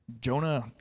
Jonah